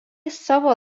savo